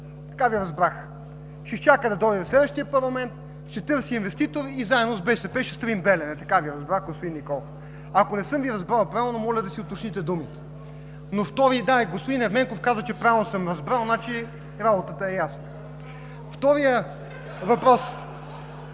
Така Ви разбрах. Ще изчака да дойде следващият парламент, ще търси инвеститор и заедно с БСП ще строим „Белене“. Така Ви разбрах, господин Николов. Ако не съм Ви разбрал правилно, моля да си уточните думите. Господин Ерменков каза, че правилно съм разбрал, значи работата е ясна. (Реплика